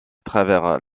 travers